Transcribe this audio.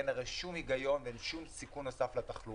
הרי אין שום היגיון למנוע את זה ואין שום סיכון נוסף לתחלואה.